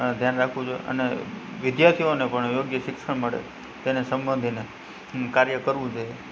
અ ધ્યાન રાખવું જોઈએ અને વિદ્યાર્થીઓને પણ યોગ્ય શિક્ષણ મળે તેને સંબંધીને કાર્ય કરવું જોઇએ